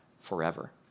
forever